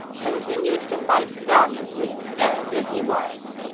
continued to fight valiantly, dead as he was.